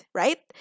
right